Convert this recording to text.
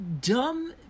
dumb